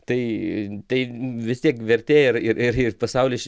tai tai vis tiek vertė ir ir ir pasaulis